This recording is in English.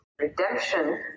Redemption